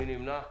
מי נמנע?